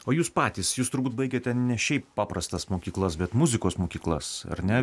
o jūs patys jūs turbūt baigiate ne šiaip paprastas mokyklas bet muzikos mokyklas ar ne